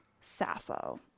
Sappho